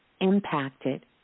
impacted